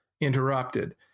interrupted